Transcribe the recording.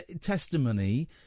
testimony